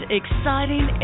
exciting